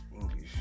English